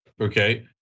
okay